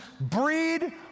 breed